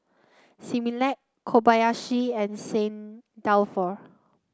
Similac Kobayashi and St Dalfour